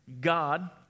God